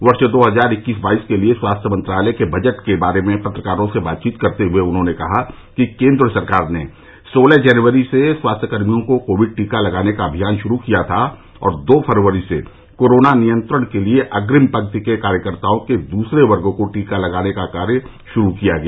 वर्ष दो हजार इक्कीस बाईस के लिए स्वास्थ्य मंत्रालय के बजट के बारे में पत्रकारों से बात करते हुए उन्होंने कहा कि केंद्र सरकार ने सोलह जनवरी से स्वास्थ्यकर्मियों को कोविड टीका लगाने का अभियान शुरू किया था और दो फरवरी से कोरोना नियंत्रण के लिए अग्रिम पंक्ति के कार्यकर्ताओं के दूसरे वर्ग को टीका लगाने का कार्य शुरू किया गया